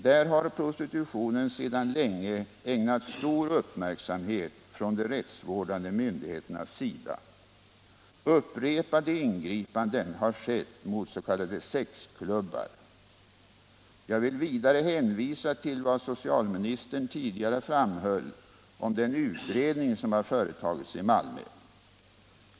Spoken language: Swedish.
Där har prostitutionen sedan länge ägnats stor uppmärksamhet från de rättsvårdande myndigheternas sida. Upprepade ingripanden har skett mot s.k. sexklubbar. Jag vill vidare hänvisa till vad socialministern tidigare framhöll om den utredning som företagits i Malmö.